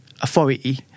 Authority